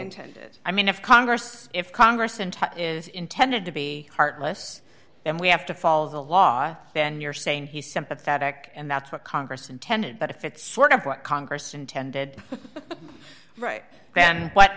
intended i mean if congress if congress and is intended to be heartless and we have to follow the law then you're saying he's sympathetic and that's what congress intended but if it's sort of what congress intended right then what